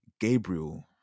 Gabriel